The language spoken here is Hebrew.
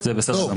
זה בסדר גמור.